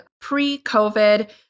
Pre-COVID